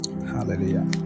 Hallelujah